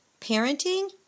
parenting